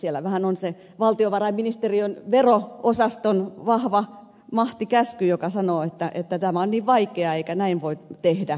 siellä vain on se valtiovarainministeriön vero osaston vahva mahtikäsky joka sanoo että tämä on niin vaikeaa eikä näin voi tehdä